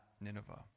Nineveh